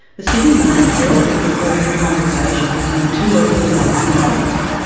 the sydney morning herald reported a conversation between two elderly ladies on a bus.